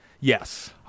Yes